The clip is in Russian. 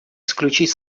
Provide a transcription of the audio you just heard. исключить